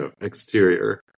exterior